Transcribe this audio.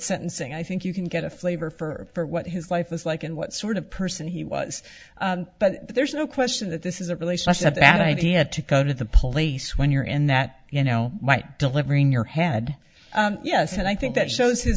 sentencing i think you can get a flavor for what his life is like and what sort of person he was but there's no question that this is a relationship that he had to go to the police when you're in that you know might delivering your head yes and i think that shows his